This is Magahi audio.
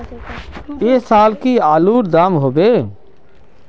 ऐ साल की आलूर र दाम होबे?